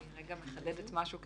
אני רגע מחדדת משהו,